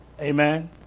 Amen